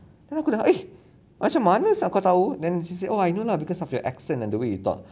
then aku dah eh macam mana kau tahu then she say oh I know lah because of your accent and the way you talk